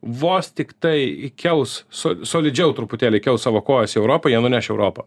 vos tiktai įkels su solidžiau truputėlį įkels savo kojas į europą jie nuneš europą